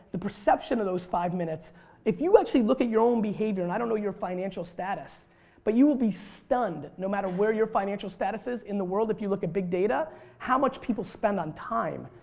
the perception of those five minutes if you actually look at your own behavior and i don't know your financial status but you will be stunned no matter where your financial status is the world if you look at big data how much people spend on time,